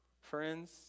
Friends